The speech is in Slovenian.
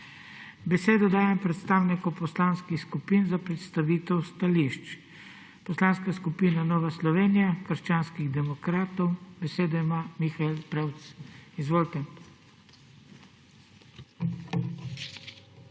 Besedo dajem predstavnikom poslanskih skupin za predstavitev stališč. Besedo ima Poslanska skupina Nova Slovenija – krščanski demokrati, v njenem imenu Mihael Prevc. Izvolite.